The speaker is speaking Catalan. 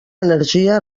energia